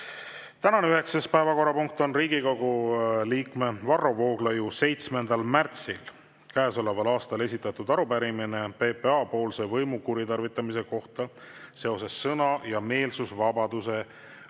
Tänane üheksas päevakorrapunkt on Riigikogu liikme Varro Vooglaiu 7. märtsil käesoleval aastal esitatud arupärimine PPA-poolse võimu kuritarvitamise kohta seoses sõna- ja meelsusvabaduse õigusvastase